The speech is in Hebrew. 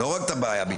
לא רק את זו.